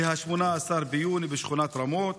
ב-18 ביוני בשכונת רמות